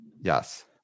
yes